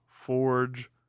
Forge